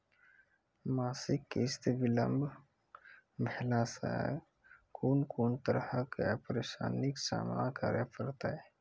मासिक किस्त बिलम्ब भेलासॅ कून कून तरहक परेशानीक सामना करे परतै?